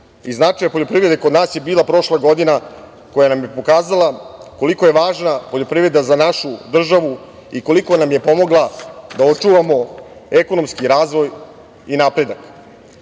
i značaja poljoprivrede kod nas je bila prošla godina, koja nam je pokazala koliko je važna poljoprivreda za našu država i koliko nam je pomogla da očuvamo ekonomski razvoj i napredak. Sada,